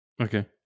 Okay